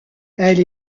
elle